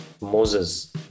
Moses